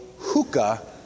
hookah